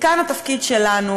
וכאן התפקיד שלנו,